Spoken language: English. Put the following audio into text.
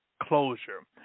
closure